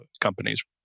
companies